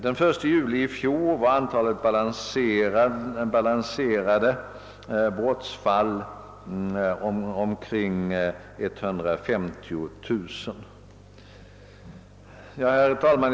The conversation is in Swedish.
Den 1 juli i fjol var antalet balanserade brottsfall omkring 150 000. Herr talman!